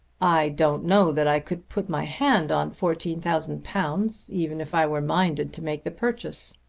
i don't know that i could put my hand on fourteen thousand pounds even if i were minded to make the purchase.